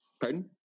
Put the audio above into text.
pardon